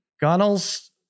Gunnels